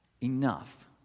enough